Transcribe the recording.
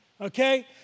okay